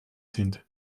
sind